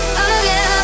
again